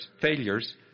failures